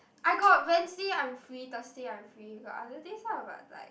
I got Wednesday I'm free Thursday I'm free got other days ah but like